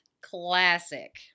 Classic